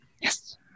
Yes